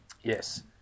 yes